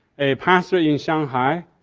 a pastor in shanghai,